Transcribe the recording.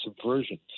subversion